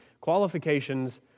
qualifications